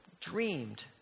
dreamed